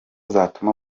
zatuma